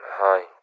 Hi